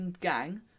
Gang